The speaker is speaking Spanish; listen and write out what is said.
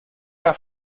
haga